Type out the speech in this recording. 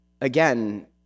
Again